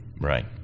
Right